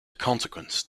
consequence